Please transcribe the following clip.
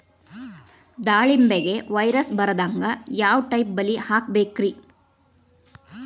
ದಾಳಿಂಬೆಗೆ ವೈರಸ್ ಬರದಂಗ ಯಾವ್ ಟೈಪ್ ಬಲಿ ಹಾಕಬೇಕ್ರಿ?